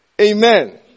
Amen